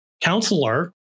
counselor